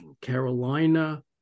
Carolina